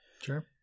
Sure